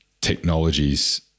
technologies